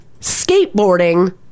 skateboarding